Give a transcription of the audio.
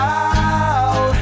out